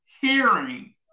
hearing